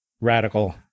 radical